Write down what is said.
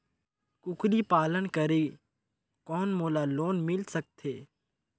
कूकरी पालन करे कौन मोला लोन मिल सकथे?